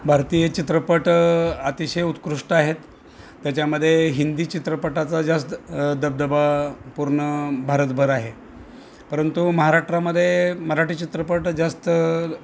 भारतीय चित्रपट अतिशय उत्कृष्ट आहेत त्याच्यामदे हिंदी चित्रपटाचा जास्त दबदबा पूर्ण भारतभर आहे परंतु महाराष्ट्रामदे मराठी चित्रपट जास्त